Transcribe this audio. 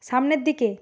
সামনের দিকে